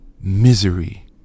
misery